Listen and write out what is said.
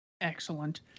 Excellent